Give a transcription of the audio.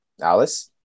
Alice